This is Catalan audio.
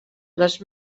les